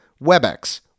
WebEx